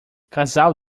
casal